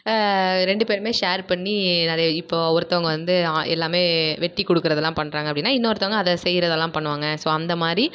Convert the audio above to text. ரெண்டு பேருமே ஷேர் பண்ணி நிறைய இப்போது ஒருத்தங்க வந்து எல்லாமே வெட்டிக் கொடுக்கறதுலாம் பண்ணுறாங்க அப்படின்னா இன்னொருத்தங்க அதை செய்கிறதெல்லாம் பண்ணுவாங்க ஸோ அந்தமாதிரி